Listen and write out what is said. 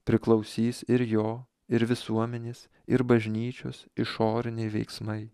priklausys ir jo ir visuomenės ir bažnyčios išoriniai veiksmai